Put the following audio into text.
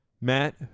Matt